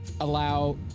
allow